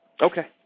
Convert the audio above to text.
Okay